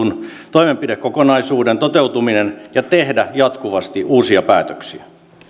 toimenpidekokonaisuuden toteutuminen ja tehdä jatkuvasti uusia päätöksiä